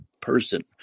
person